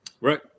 Right